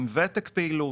עם ותק פעילות,